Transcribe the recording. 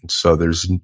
so there's,